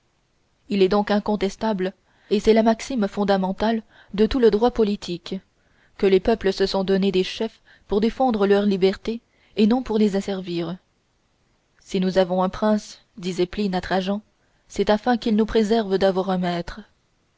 il est donc incontestable et c'est la maxime fondamentale de tout le droit politique que les peuples se sont donné des chefs pour défendre leur liberté et non pour les asservir si nous avons un prince disait pline à trajan c'est afin qu'il nous préserve d'avoir un maître